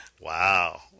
wow